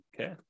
Okay